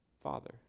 father